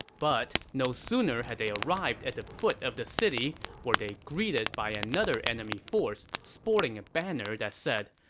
but no sooner had they arrived at the foot of the city were they greeted by another enemy force, sporting a banner that said,